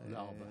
תודה רבה.